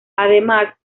además